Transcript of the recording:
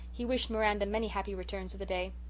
he wished miranda many happy returns of the day.